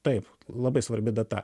taip labai svarbi data